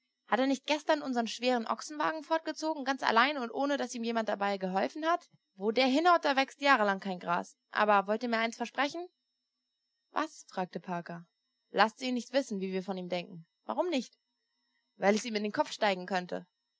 hat er nicht gestern unsern schweren ochsenwagen fortgezogen ganz allein und ohne daß ihm dabei jemand geholfen hat wo der hinhaut da wächst jahrelang kein gras aber wollt ihr mir eins versprechen was fragte parker laßt's ihn nicht wissen wie wir von ihm denken warum nicht weil es ihm in den kopf steigen könnte